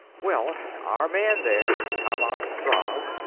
well, our man there, tammand drav,